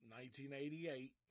1988